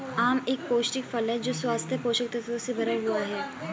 आम एक पौष्टिक फल है जो स्वस्थ पोषक तत्वों से भरा हुआ है